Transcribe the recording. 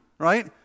Right